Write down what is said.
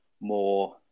more